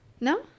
no